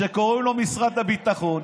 שקוראים לו משרד הביטחון,